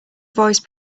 voice